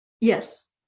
Yes